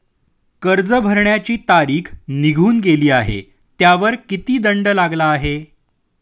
कर्ज भरण्याची तारीख निघून गेली आहे त्यावर किती दंड लागला आहे?